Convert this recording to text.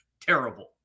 terrible